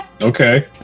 Okay